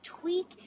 tweak